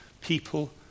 people